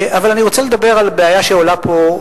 אני רוצה לדבר על בעיה שעולה פה,